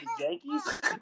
Yankees